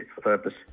purpose